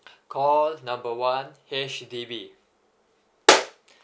call number one H_D_B